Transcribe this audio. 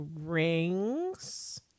rings